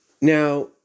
Now